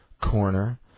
corner